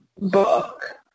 book